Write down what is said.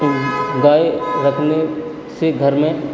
क्योंकि गाय रखने से घर में